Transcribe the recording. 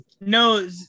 No